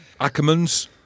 Ackermans